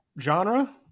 genre